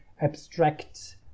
abstract